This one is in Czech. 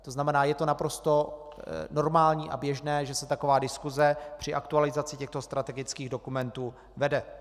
To znamená, je to naprosto normální a běžné, že se taková diskuse při aktualizaci těchto strategických dokumentů vede.